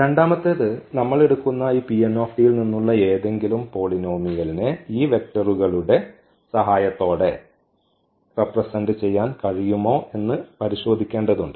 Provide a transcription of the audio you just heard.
രണ്ടാമത്തേത് നമ്മൾ എടുക്കുന്ന ഈ ൽ നിന്നുള്ള ഏതെങ്കിലും പോളിനോമിയൽ ഈ വെക്റ്ററുകളുടെ സഹായത്തോടെ ആ പോളിനോമിയലിനെ റെപ്രെസെന്റ് ചെയ്യാൻ കഴിയുമോ എന്ന് പരിശോധിക്കേണ്ടതുണ്ട്